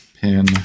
pin